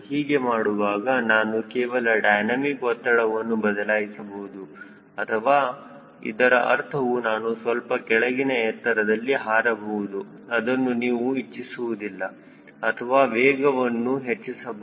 ಹೀಗೆ ಮಾಡುವಾಗ ನಾನು ಕೇವಲ ಡೈನಮಿಕ್ ಒತ್ತಡವನ್ನು ಬದಲಾಯಿಸಬಹುದು ಅಥವಾ ಇದರ ಅರ್ಥವು ನಾನು ಸ್ವಲ್ಪ ಕೆಳಗಿನ ಎತ್ತರದಲ್ಲಿ ಹಾರಬಹುದು ಅದನ್ನು ನೀವು ಇಚ್ಚಿಸುವುದಿಲ್ಲ ಅಥವಾ ವೇಗವನ್ನು ಹೆಚ್ಚಿಸಬಹುದು